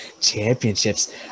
championships